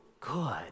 good